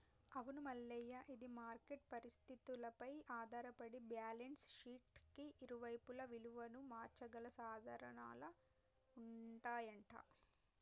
అవును మల్లయ్య ఇది మార్కెట్ పరిస్థితులపై ఆధారపడి బ్యాలెన్స్ షీట్ కి ఇరువైపులా విలువను మార్చగల సాధనాలు ఉంటాయంట